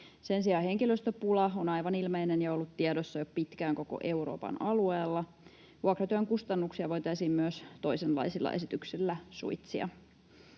Sen sijaan henkilöstöpula on aivan ilmeinen ja ollut tiedossa jo pitkään koko Euroopan alueella. Vuokratyön kustannuksia voitaisiin myös toisenlaisilla esityksillä suitsia.